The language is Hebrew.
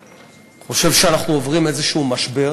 חושב שאנחנו עוברים איזה משבר.